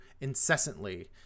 incessantly